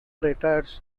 retires